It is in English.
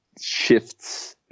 shifts